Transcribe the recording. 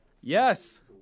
Yes